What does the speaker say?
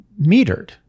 metered